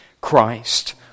Christ